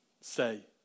say